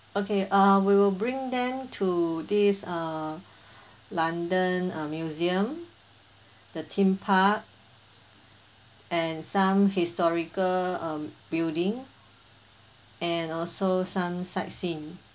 okay uh we will bring them to this uh london uh museum the theme park and some historical um building and also some sightseeing